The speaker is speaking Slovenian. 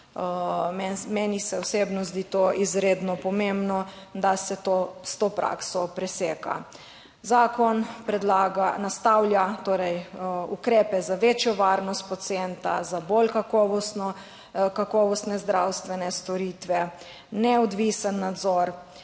Meni se osebno zdi to izredno pomembno, da se to s to prakso preseka. Zakon predlaga, nastavlja torej ukrepe za večjo varnost pacienta, za bolj kakovostno, kakovostne zdravstvene storitve, neodvisen nadzor.